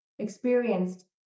Experienced